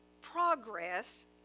progress